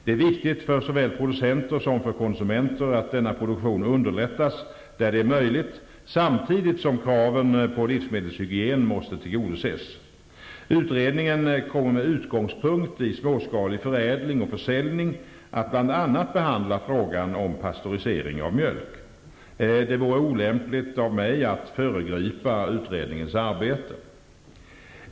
Det är viktigt för såväl producenter som konsumenter att denna produktion underlättas där det är möjligt, samtidigt som kraven på livsmedelshygien måste tillgodoses. Utredningen kommer med utgångspunkt i småskalig förädling och försäljning att bl.a. behandla frågan om pastörisering av mjölk. Det vore olämpligt av mig att föregripa utredningens arbete.